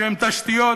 שהם תשתיות,